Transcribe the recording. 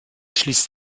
schließt